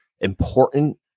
important